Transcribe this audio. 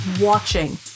watching